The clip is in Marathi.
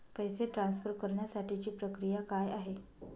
पैसे ट्रान्सफर करण्यासाठीची प्रक्रिया काय आहे?